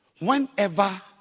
whenever